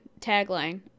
tagline